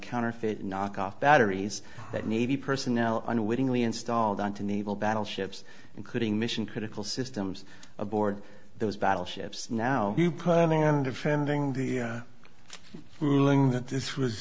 counterfeit knockoffs batteries that navy personnel unwittingly installed on to naval battle ships including mission critical systems aboard those battleships now you planning and offending the ruling that this was